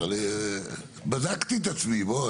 בדקתי את עצמי.